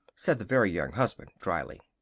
said the very young husband dryly.